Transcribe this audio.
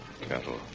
Cattle